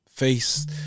face